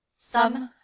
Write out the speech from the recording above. some,